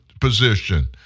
position